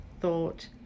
thought